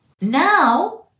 Now